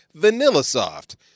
VanillaSoft